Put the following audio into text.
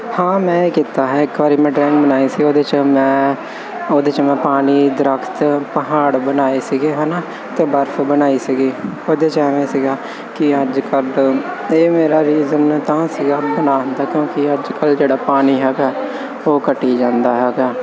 ਹਾਂ ਮੈਂ ਇਹ ਕੀਤਾ ਹੈ ਇੱਕ ਵਾਰੀ ਮੈਂ ਡਰਾਇੰਗ ਬਣਾਈ ਸੀ ਉਹਦੇ 'ਚ ਮੈਂ ਉਹਦੇ 'ਚ ਮੈਂ ਪਾਣੀ ਦਰਖਤ ਪਹਾੜ ਬਣਾਏ ਸੀਗੇ ਹੈ ਨਾ ਅਤੇ ਬਰਫ ਬਣਾਈ ਸੀਗੀ ਉਹਦੇ 'ਚ ਐਵੇਂ ਸੀਗਾ ਕਿ ਅੱਜ ਕੱਲ੍ਹ ਇਹ ਮੇਰਾ ਰੀਜਨ ਤਾਂ ਸੀਗਾ ਬਣਾਉਣ ਦਾ ਕਿਉਂਕਿ ਅੱਜ ਕੱਲ੍ਹ ਜਿਹੜਾ ਪਾਣੀ ਹੈਗਾ ਉਹ ਘਟੀ ਜਾਂਦਾ ਹੈਗਾ